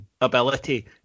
ability